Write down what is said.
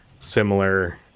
similar